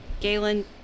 Galen